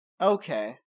Okay